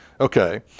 okay